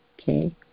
Okay